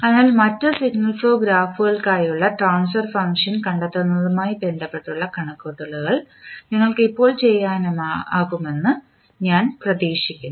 അതിനാൽ മറ്റ് signal flow ഗ്രാഫുകൾക്കായുള്ള ട്രാൻസ്ഫർ ഫംഗ്ഷൻ കണ്ടെത്തുന്നതുമായി ബന്ധപ്പെട്ട കണക്കുകൂട്ടലുകൾ നിങ്ങൾക്ക് ഇപ്പോൾ ചെയ്യാനാകുമെന്ന് ഞാൻ പ്രതീക്ഷിക്കുന്നു